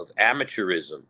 amateurism